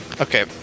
okay